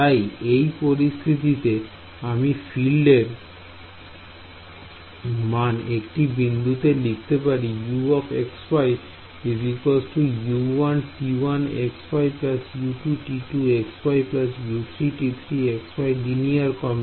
তাই এই পরিস্থিতিতে আমি ফিল্ডের মান একটি বিন্দুতে লিখতে পারি আমি এই ভাবেই লিখব